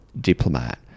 diplomat